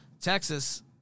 Texas